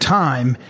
time